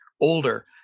older